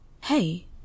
Hey